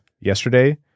yesterday